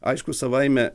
aišku savaime